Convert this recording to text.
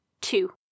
two